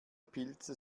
pilze